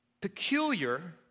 peculiar